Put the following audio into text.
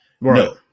No